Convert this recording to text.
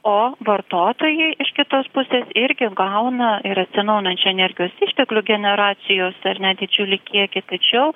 o vartotojai iš kitos pusės irgi gauna ir atsinaujinančių energijos išteklių generacijos ar ne didžiulį kiekį tačiau